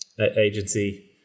agency